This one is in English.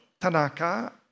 Tanaka